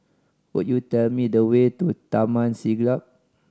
could you tell me the way to Taman Siglap